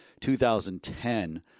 2010